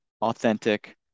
Authentic